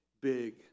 big